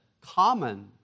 common